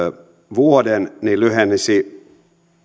vuoden lyhenisi